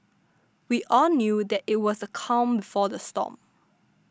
we all knew that it was the calm before the storm